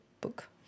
book